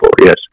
yes